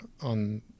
on